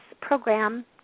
program